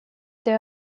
they